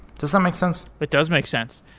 does that make sense? it does make sense.